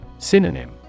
Synonym